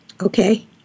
okay